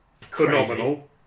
phenomenal